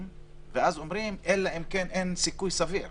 ואז אומרים: אלא אם כן אין סיכוי סביר.